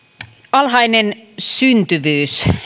alhainen syntyvyys